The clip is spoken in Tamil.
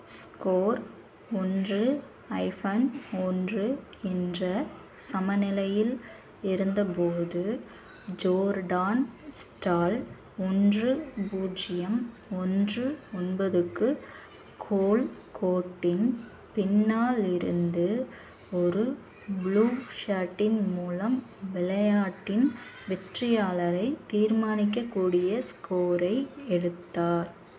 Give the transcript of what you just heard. ஸ்கோர் ஒன்று ஹைஃபன் ஒன்று என்ற சமநிலையில் இருந்தபோது ஜோர்டான் ஸ்டால் ஒன்று பூஜ்ஜியம் ஒன்று ஒன்பதுக்கு கோல் கோட்டின் பின்னாலிருந்து ஒரு ப்ளூ சர்ட்டின் மூலம் விளையாட்டின் வெற்றியாளரை தீர்மானிக்கக்கூடிய ஸ்கோரை எடுத்தார்